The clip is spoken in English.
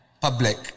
public